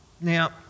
Now